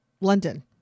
London